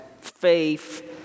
faith